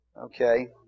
Okay